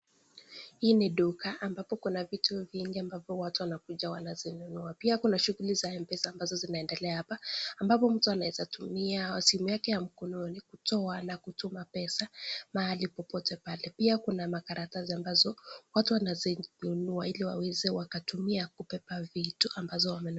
Hii ni duka ambapo kuna vitu vingi amabavyo watu wanakuja wanazinunua, pia kuna shughuli za mpesa ambazo zinaendelea hapa ambapo mtu anaweza tumia simu yake ya mkononi kutoa na kutuma pesa mahali popote pale ,pia kuna makaratasi ambazo watu wanazinunua hili waweze wakatumia kubeba vitu ambazo wamenu...